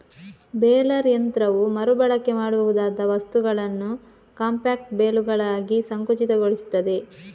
baler ಯಂತ್ರವು ಮರು ಬಳಕೆ ಮಾಡಬಹುದಾದ ವಸ್ತುಗಳನ್ನ ಕಾಂಪ್ಯಾಕ್ಟ್ ಬೇಲುಗಳಾಗಿ ಸಂಕುಚಿತಗೊಳಿಸ್ತದೆ